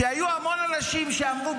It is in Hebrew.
כי היו המון אנשים שאמרו,